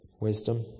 wisdom